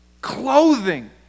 clothing